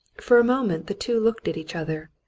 for a moment the two looked at each other.